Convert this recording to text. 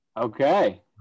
okay